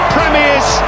Premiers